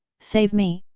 save me,